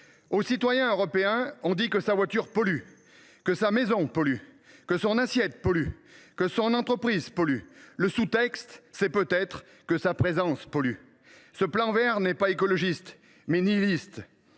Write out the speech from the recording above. Au citoyen européen, on dit que sa voiture pollue, que sa maison pollue, que son assiette pollue, que son entreprise pollue ; le sous texte, c’est peut être que sa présence pollue… Ce “plan vert” n’est pas écologiste, il est nihiliste.